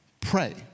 pray